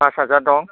फास हाजार दं